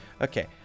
Okay